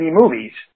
movies